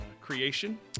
creation